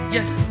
Yes